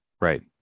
Right